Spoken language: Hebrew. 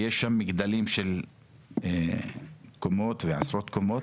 יש שם מגדלים של קומות ועשרות קומות.